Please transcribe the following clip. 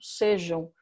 sejam